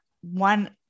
one